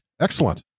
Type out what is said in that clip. excellent